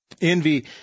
Envy